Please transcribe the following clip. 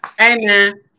Amen